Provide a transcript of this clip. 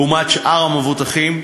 לעומת שאר המבוטחים,